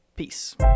Peace